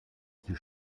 sie